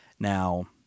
Now